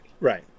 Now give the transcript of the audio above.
right